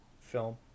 film